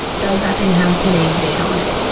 does that thing have today's date on it?